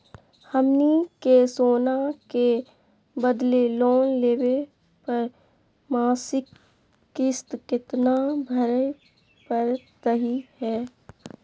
हमनी के सोना के बदले लोन लेवे पर मासिक किस्त केतना भरै परतही हे?